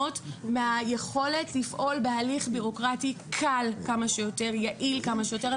מהיכולת לפעול בהליך ביורוקרטי קל כמה שיותר,